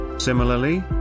Similarly